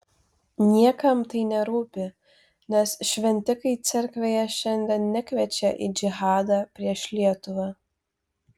niekam tai nerūpi nes šventikai cerkvėje šiandien nekviečia į džihadą prieš lietuvą